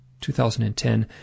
2010